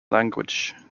language